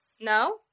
No